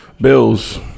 Bills